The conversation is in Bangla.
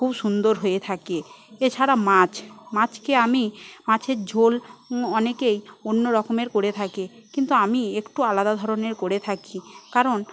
খুব সুন্দর হয়ে থাকে এছাড়া মাছ মাছকে আমি মাছের ঝোল অনেকেই অন্যরকমের করে থাকে কিন্তু আমি একটু আলাদা ধরনের করে থাকি কারণ